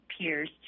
peers